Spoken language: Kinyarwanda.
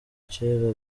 cyera